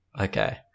Okay